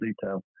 detail